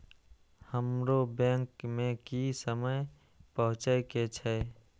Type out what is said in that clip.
हमरो बैंक में की समय पहुँचे के छै?